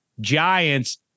giants